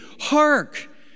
Hark